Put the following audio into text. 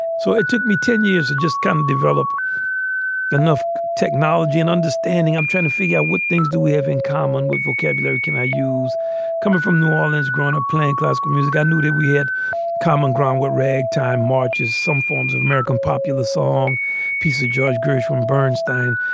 so it took me ten years to just come develop enough technology and understanding. i'm trying to figure out what things do we have in common with vocabulary. can i use coming from new orleans growing up playing classical music? i knew that we had common ground where ragtime marches some forms of american popular song piece of george gershwin, burnstein,